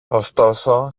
ωστόσο